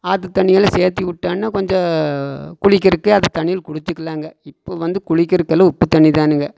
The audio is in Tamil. ஆற்று தண்ணியெல்லாம் சேர்த்து விட்டோன்னா கொஞ்சம் குளிக்கிறக்கு அந்த தண்ணியில் குளிச்சுக்கலாங்க இப்போ வந்து குளிக்கறதுக்கலாம் உப்பு தண்ணிதானுங்க